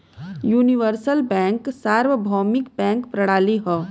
universal bank सार्वभौमिक bank प्रणाली हौ